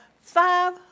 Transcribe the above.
five